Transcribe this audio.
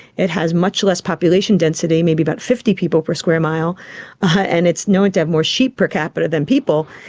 it has much less population density, maybe about fifty people per square mile and it's known to have more sheep per capita than people.